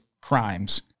crimes